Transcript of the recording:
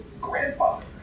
grandfather